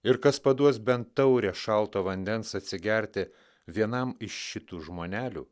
ir kas paduos bent taurę šalto vandens atsigerti vienam iš šitų žmonelių